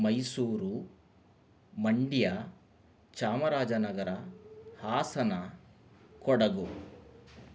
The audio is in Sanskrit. मैसूरु मण्ड्या चामराजनगरा हासना कोडगु